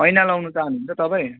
ऐना लाउनु चाहनुहुन्छ तपाईँ